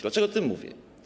Dlaczego o tym mówię?